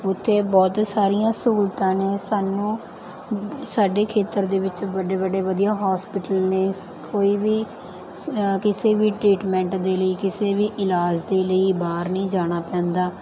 ਉਥੇ ਬਹੁਤ ਸਾਰੀਆਂ ਸਹੂਲਤਾਂ ਨੇ ਸਾਨੂੰ ਸਾਡੇ ਖੇਤਰ ਦੇ ਵਿੱਚ ਵੱਡੇ ਵੱਡੇ ਵਧੀਆ ਹੋਸਪਿਟਲ ਨੇ ਕੋਈ ਵੀ ਕਿਸੇ ਵੀ ਟ੍ਰੀਟਮੈਂਟ ਦੇ ਲਈ ਕਿਸੇ ਵੀ ਇਲਾਜ ਦੇ ਲਈ ਬਾਹਰ ਨਹੀਂ ਜਾਣਾ ਪੈਂਦਾ